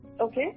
okay